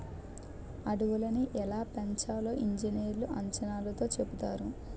అడవులని ఎలా పెంచాలో ఇంజనీర్లు అంచనాతో చెబుతారు